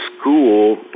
school